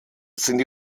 sind